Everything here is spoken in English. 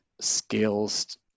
skills